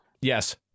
Yes